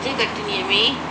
मुंहिंजे कटनीअ में